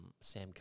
Sam